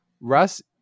Russ